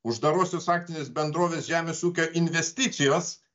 uždarosios akcinės bendrovės žemės ūkio investicijos